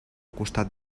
costat